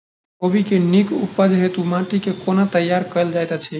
कोबी केँ नीक उपज हेतु माटि केँ कोना तैयार कएल जाइत अछि?